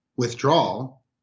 Withdrawal